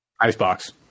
Icebox